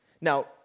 Now